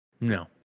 no